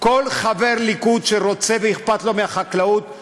כל חבר ליכוד שרוצה ואכפת לו מהחקלאות,